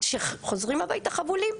שחוזרים הביתה חבולים.